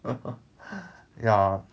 ya